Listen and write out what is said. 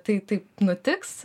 tai taip nutiks